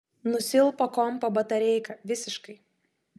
nusilpo kompo batareika visiškai